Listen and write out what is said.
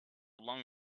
long